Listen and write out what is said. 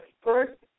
first